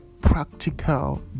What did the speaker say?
practical